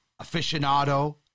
aficionado